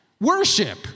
Worship